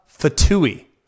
Fatui